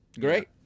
Great